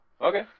okay